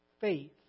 faith